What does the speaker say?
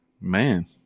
Man